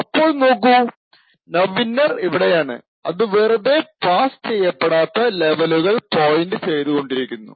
അപ്പോൾ നോക്കു നൌഇന്നർ ഇവിടെയാണ് അത് വെറുതെ പാസ്സ് ചെയ്യപ്പെടാത്ത ലെവലുകൾ പോയിൻറ് ചെയ്തുകൊണ്ടിരിക്കുന്നു